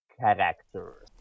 character